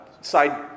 Side